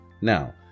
now